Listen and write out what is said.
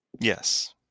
Yes